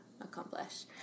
accomplish